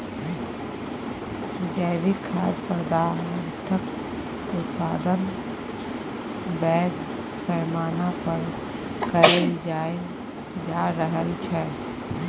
जैविक खाद्य पदार्थक उत्पादन पैघ पैमाना पर कएल जा रहल छै